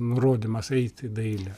nurodymas eit į dailę